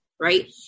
right